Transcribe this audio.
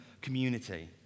community